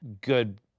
good